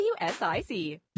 WSIC